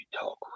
talk